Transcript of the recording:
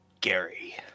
Gary